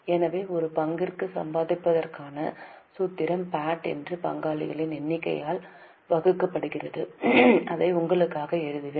எனவே ஒரு பங்குக்கு சம்பாதிப்பதற்கான சூத்திரம் PAT என்பது பங்குகளின் எண்ணிக்கையால் வகுக்கப்படுகிறது அதை உங்களுக்காக எழுதுவேன்